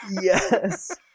Yes